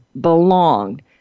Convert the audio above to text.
belonged